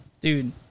Dude